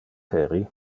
heri